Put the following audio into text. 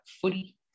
footy